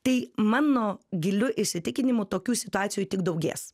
tai mano giliu įsitikinimu tokių situacijų tik daugės